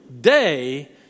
day